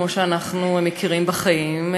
כמו שאנחנו מכירים בחיים,